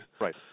Right